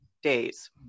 Days